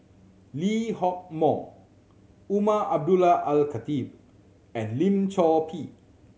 Lee Hock Moh Umar Abdullah Al Khatib and Lim Chor Pee